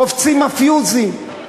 קופצים הפיוזים,